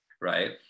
Right